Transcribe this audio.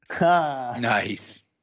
Nice